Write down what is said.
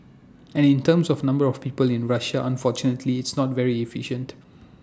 and in terms of number of people in Russia unfortunately it's not very efficient